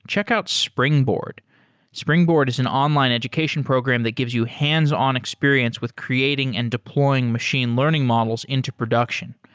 check out springboard springboard is an online education program that gives you hands-on experience with creating and deploying machine learning models into production,